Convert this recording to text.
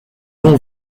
ont